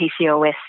PCOS